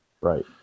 Right